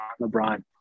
LeBron